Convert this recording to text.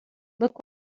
look